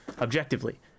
objectively